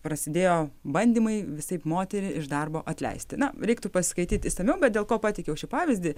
prasidėjo bandymai visaip moterį iš darbo atleisti na reiktų pasiskaityt išsamiau bet dėl ko pateikiau šį pavyzdį